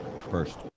First